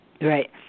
Right